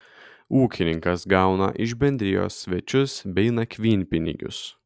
ūkininkas gauna iš bendrijos svečius bei nakvynpinigius